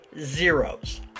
zeros